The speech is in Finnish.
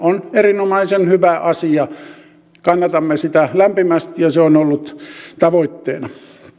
on erinomaisen hyvä asia kannatamme sitä lämpimästi ja se on ollut tavoitteena